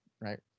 right